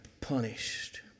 punished